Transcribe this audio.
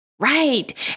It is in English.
Right